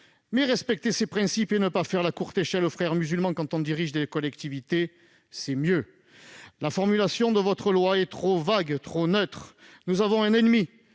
; respecter ses principes et ne pas faire la courte échelle aux Frères musulmans quand on dirige des collectivités, c'est mieux ! La formulation de votre loi reste trop vague et trop neutre. Nous avons un ennemi,